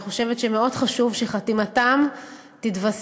אני חושבת שמאוד חשוב שחתימתם תתווסף